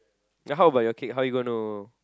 ya how about your cake how're you gonna